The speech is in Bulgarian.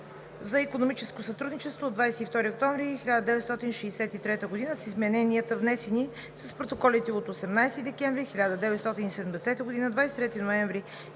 за икономическо сътрудничество от 22 октомври 1963 г. (с измененията, внесени с протоколите от 18 декември 1970 г., 23 ноември